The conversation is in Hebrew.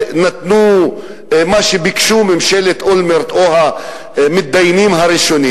מה שביקשו ממשלת אולמרט או המתדיינים הראשונים,